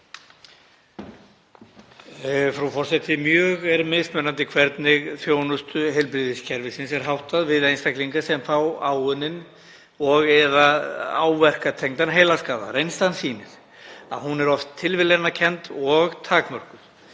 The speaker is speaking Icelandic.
Frú forseti. Mjög er mismunandi hvernig þjónustu heilbrigðiskerfisins er háttað við einstaklinga sem fá ákominn og/eða áverkatengdan heilaskaða. Reynslan sýnir að hún er oft tilviljanakennd og takmörkuð.